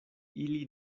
ili